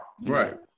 Right